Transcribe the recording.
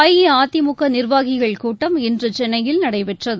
அஇஅதிமுக நிர்வாகிகள் கூட்டம் இன்று சென்னையில் நடைபெற்றது